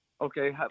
Okay